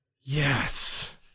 yes